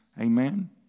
Amen